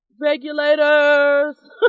regulators